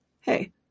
hey